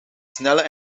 snelle